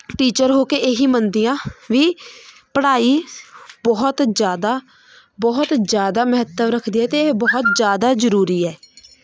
teacher ਹੋ ਕੇ ਇਹੀ ਮੰਨਦੀ ਹਾਂ ਵੀ ਪੜ੍ਹਾਈ ਬਹੁਤ ਜ਼ਿਆਦਾ ਬਹੁਤ ਜ਼ਿਆਦਾ ਮਹੱਤਵ ਰੱਖਦੀ ਹੈ ਅਤੇ ਇਹ ਬਹੁਤ ਜ਼ਿਆਦਾ ਜ਼ਰੂਰੀ ਹੈ